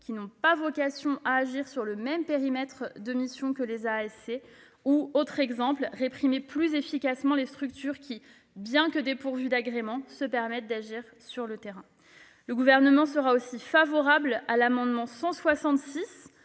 qui n'ont pas vocation à agir sur le même périmètre de missions que les AASC, ou à réprimer plus efficacement les structures qui, bien que dépourvues d'agréments, se permettent d'agir sur le terrain. Le Gouvernement sera également favorable à l'amendement n°